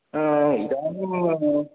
इदानीं